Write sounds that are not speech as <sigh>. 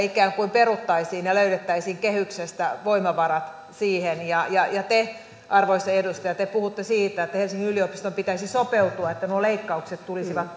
<unintelligible> ikään kuin peruttaisiin ja löydettäisiin kehyksestä voimavarat siihen te arvoisa edustaja puhutte siitä että helsingin yliopiston pitäisi sopeutua että nuo leikkaukset tulisivat <unintelligible>